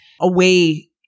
away